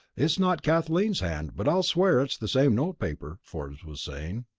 it's not kathleen's hand, but i'll swear it's the same notepaper, forbes was saying.